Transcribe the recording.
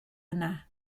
yna